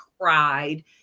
cried